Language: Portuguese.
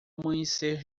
amanhecer